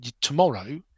tomorrow